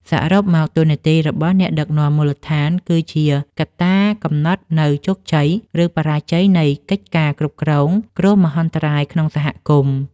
សរុបមក តួនាទីរបស់អ្នកដឹកនាំមូលដ្ឋានគឺជាកត្តាកំណត់នូវជោគជ័យ ឬបរាជ័យនៃកិច្ចការគ្រប់គ្រងគ្រោះមហន្តរាយក្នុងសហគមន៍។